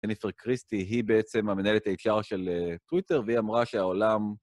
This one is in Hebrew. ג׳ניפר קריסטי, היא בעצם המנהלת הhr של טוויטר, והיא אמרה שהעולם...